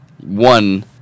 one